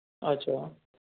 اچھا